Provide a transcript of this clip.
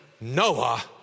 Noah